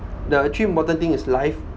there are three important things in life